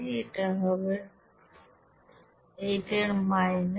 এটা হবে এইটার মাইনাস